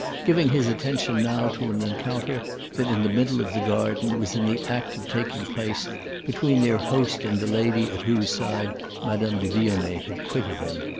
giving his attention now to an encounter that, in the middle of the garden, was in the act of taking place between their host and the lady at whose side madame de vionnet had quitted him.